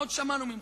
מה עוד שמענו ממך?